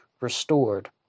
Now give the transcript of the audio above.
restored